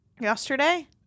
Yesterday